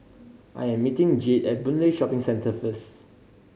I'm meeting Jade at Boon Lay Shopping Centre first